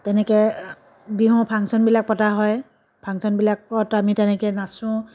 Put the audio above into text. তেনেকৈ বিহুৰ ফাংচনবিলাক পতা হয় ফাংচনবিলাকত আমি তেনেকৈ নাচোঁ